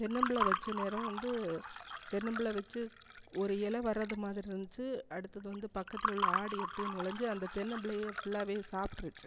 தென்னம்பிள்ளை வச்ச நேரம் வந்து தென்னம்பிள்ளை வச்சு ஒரு இல வர்றது மாதிரி இருந்துச்சி அடுத்தது வந்து பக்கத்தில் உள்ள ஆடு எப்படியோ நுழஞ்சி அந்த தென்னம்பிள்ளையை ஃபுல்லாகவே சாப்பிட்ருச்சி